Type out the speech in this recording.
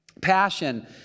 Passion